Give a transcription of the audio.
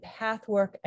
Pathwork